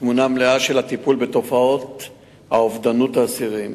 תמונה מלאה של הטיפול בתופעות אובדנות אסירים.